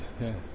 Yes